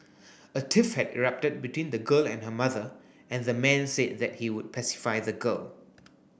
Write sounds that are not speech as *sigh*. a *noise* tiff had erupted between the girl and her mother and the man said that he would pacify the girl